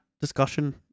discussion